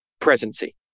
presidency